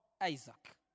Isaac